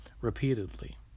repeatedly